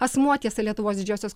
asmuo tiesa lietuvos didžiosios